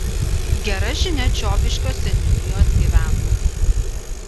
gera žinia čiobiškio seniūnijos gyventojams